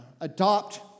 adopt